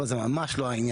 אבל זה ממש לא העניין.